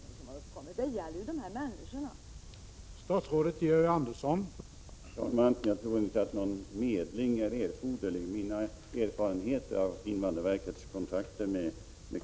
Det gäller ju de här människornas bästa.